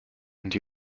into